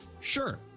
Sure